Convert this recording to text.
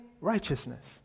Righteousness